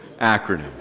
acronym